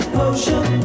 potion